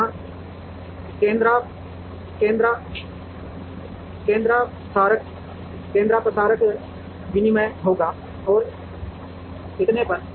तो वहाँ केन्द्रापसारक विनिमय होगा और इतने पर